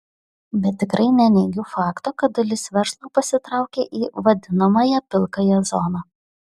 bet tikrai neneigiu fakto kad dalis verslo pasitraukė į vadinamąją pilkąją zoną